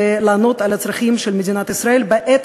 ולענות על הצרכים של מדינת ישראל בעת